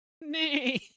Nay